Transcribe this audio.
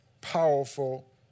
powerful